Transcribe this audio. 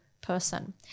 person